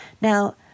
Now